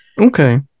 Okay